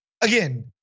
again